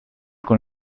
con